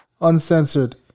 uncensored